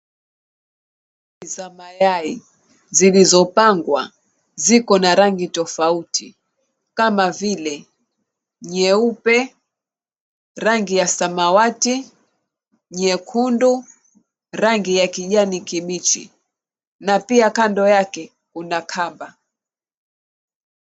Za mayai zilizopangwa, ziko na rangi tofauti kama vile nyeupe, rangi ya samawati, nyekundu, rangi ya kijani kibichi, na pia kando yake kuna kamba.